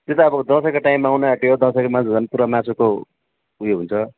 त्यो त अब दसैँको टाइम आउनु आँट्यो दसैँको मासु झन् पुरा मासुको उयो हुन्छ